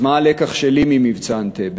אז מה הלקח שלי מ"מבצע אנטבה"?